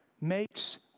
makes